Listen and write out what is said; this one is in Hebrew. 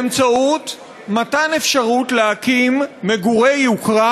באמצעות מתן אפשרות להקים מגורי יוקרה